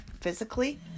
physically